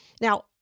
now